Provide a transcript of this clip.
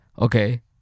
okay